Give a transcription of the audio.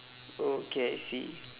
oh okay I see